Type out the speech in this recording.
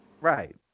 right